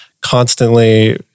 constantly